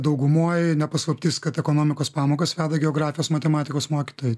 daugumoj ne paslaptis kad ekonomikos pamokas veda geografijos matematikos mokytojai